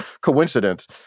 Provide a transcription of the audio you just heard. coincidence